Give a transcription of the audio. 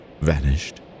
vanished